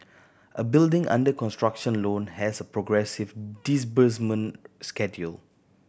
a building under construction loan has a progressive disbursement schedule